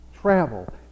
travel